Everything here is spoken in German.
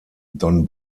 don